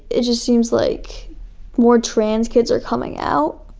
it just seems like more trans kids are coming out,